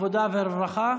העבודה והרווחה.